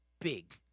big